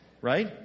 Right